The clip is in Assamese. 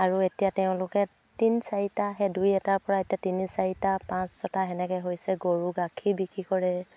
আৰু এতিয়া তেওঁলোকে তিনি চাৰিটা সেই দুই এটাৰপৰা এতিয়া তিনি চাৰিটা পাঁচ ছটা সেনেকৈ হৈছে গৰু গাখীৰ বিক্ৰী কৰে